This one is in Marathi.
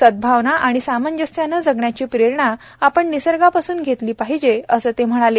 सद्गावना आणि सामंजस्याने जगण्याची प्रेरणा आपण निसर्गापासून घेतली पाहिजे असं ते म्हणाले